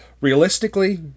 Realistically